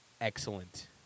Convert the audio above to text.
excellent